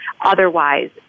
Otherwise